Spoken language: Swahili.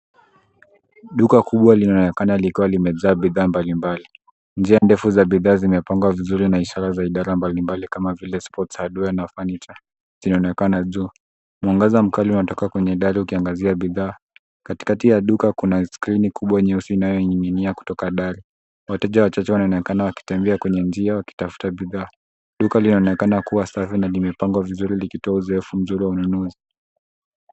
Duka kubwa linaonekana likiwa limejaa bidhaa mbalimbali. Njia ndefu za bidhaa zimepangwa vizuri, na ishara za idara mbalimbali kama vile Sports[cs, Hardware na Furniture zinaonekana juu. Mwangaza mkali unatoka kwenye dari, ukiangazia bidhaa. Katikati ya duka, kuna skrini kubwa nyeusi inayoning'inia kutoka dari. Wateja wachache wanaonekana wakitembea kwenye njia, wakitafuta bidhaa. Duka linaonekana kuwa safi na limepangwa vizuri, likitoa uzoefu mzuri wa ununuzi.